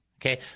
Okay